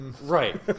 right